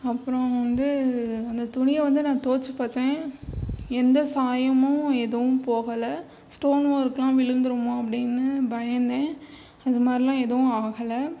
அப்புறம் வந்து அந்த துணியை வந்து நான் தோய்ச்சு பார்த்தேன் எந்த சாயமும் எதுவும் போகலை ஸ்டோன் ஒர்க்லாம் விழுந்துடுமோ அப்படின்னு பயந்தேன் அது மாதிரிலாம் எதுவும் ஆகலை